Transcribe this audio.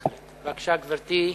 גברתי,